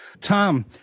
Tom